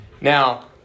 now